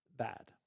Bad